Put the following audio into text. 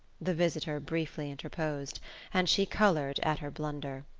the visitor briefly interposed and she coloured at her blunder.